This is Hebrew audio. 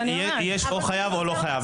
יש או חייב או לא חייב.